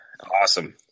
Awesome